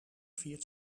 viert